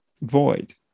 void